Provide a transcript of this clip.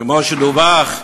כשכמו שדווח,